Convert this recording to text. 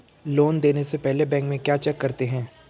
Loan देने से पहले बैंक में क्या चेक करते हैं?